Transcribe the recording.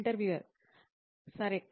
interviewer సరే